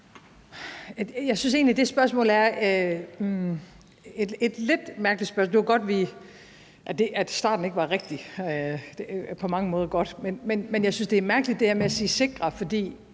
Jeg synes egentlig, at det er et lidt mærkeligt spørgsmål. Det var godt, at starten ikke var rigtig – det var på mange måder godt. Men jeg synes, det her med at sige »sikre«, for